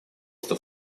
что